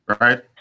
right